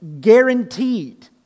Guaranteed